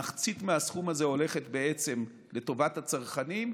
ומחצית מהסכום הזה הולכת בעצם לטובת הצרכנים.